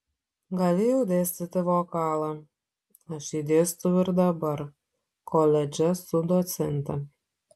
galėjau dėstyti vokalą aš jį dėstau ir dabar koledže esu docentė